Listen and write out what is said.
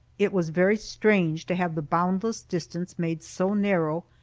it was very strange to have the boundless distance made so narrow,